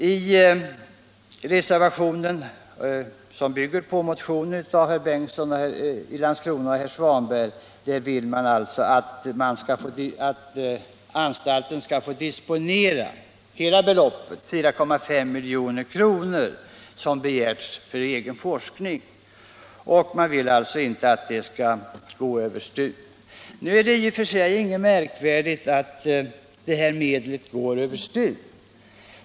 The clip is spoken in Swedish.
I reservationen, som bygger på motionen 856 av herr Bengtsson i Landskrona och herr Svanberg, vill man att anstalten skall få disponera hela beloppet 4,5 milj.kr. som anstalten har begärt för sin egen forskning. Reservanterna vill inte att anslaget skall gå över STU. Det är i och för sig ingenting märkvärdigt i att dessa medel går över STU.